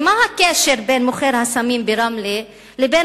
הרי מה הקשר בין מוכר הסמים ברמלה לבין